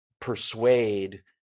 persuade